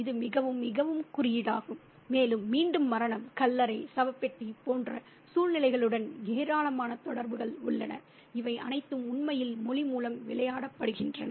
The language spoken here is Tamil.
இது மிகவும் மிகவும் குறியீடாகும் மேலும் மீண்டும் மரணம் கல்லறை சவப்பெட்டி போன்ற சூழ்நிலைகளுடன் ஏராளமான தொடர்புகள் உள்ளன இவை அனைத்தும் உண்மையில் மொழி மூலம் விளையாடப்படுகின்றன